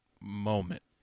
moment